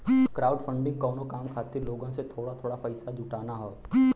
crowdfunding कउनो काम के खातिर लोगन से थोड़ा थोड़ा पइसा जुटाना हौ